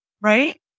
right